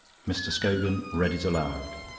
mr. scogan read it aloud